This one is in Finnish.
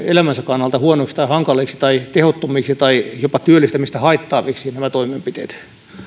elämänsä kannalta huonoiksi tai hankaliksi tai tehottomiksi tai jopa työllistämistä haittaaviksi nämä toimenpiteet